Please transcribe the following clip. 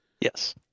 Yes